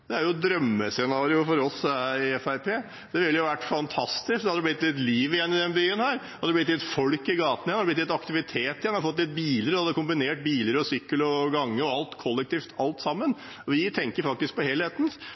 Det er et drømmescenario for oss i Fremskrittspartiet. Det hadde vært fantastisk. Det hadde blitt litt liv igjen i denne byen. Det hadde blitt folk i gatene. Det hadde blitt litt aktivitet, og en hadde fått kombinert biler, sykkel og gange, alt kollektivt – alt sammen. Vi tenker på